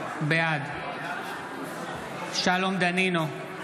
בעד שלום דנינו,